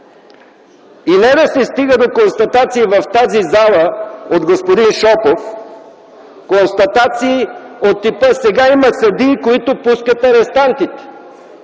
И не да се стига до констатации в тази зала от господин Шопов от типа: сега има съдии, които пускат арестантите.